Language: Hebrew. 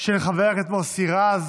של חבר הכנסת מוסי רז,